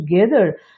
together